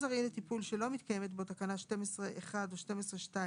ארעי לטיפול שלא מתקיימת בו תקנה 12(1) או 12(2),